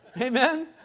Amen